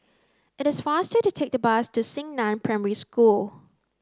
it is faster to take the bus to Xingnan Primary School